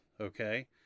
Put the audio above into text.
Okay